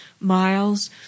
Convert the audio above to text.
miles